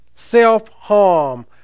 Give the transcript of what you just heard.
self-harm